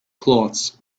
cloths